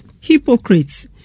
hypocrites